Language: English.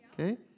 okay